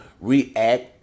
react